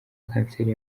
kanseri